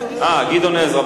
חבר הכנסת גדעון עזרא,